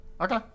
Okay